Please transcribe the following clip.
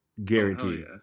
Guaranteed